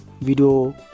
video